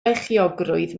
beichiogrwydd